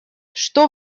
что